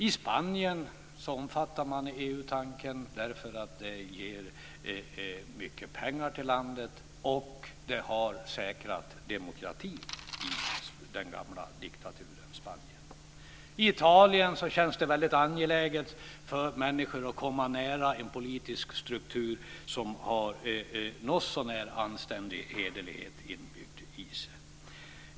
I Spanien omfattar man EU-tanken därför att det ger mycket pengar till landet och därför att det har säkrat demokratin i den gamla diktaturen Spanien. I Italien känns det väldigt angeläget för människor att komma nära en politisk struktur som har en någotsånär anständig hederlighet inbyggd i sig.